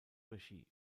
regie